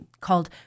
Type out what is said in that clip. called